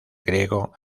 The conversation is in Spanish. griego